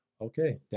okay